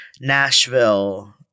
Nashville